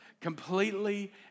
Completely